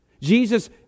Jesus